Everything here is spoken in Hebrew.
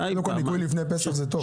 ניקוי לפני פסח זה טוב.